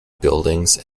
buildings